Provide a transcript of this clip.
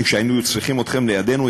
כי כשהיינו צריכים אתכם לידנו,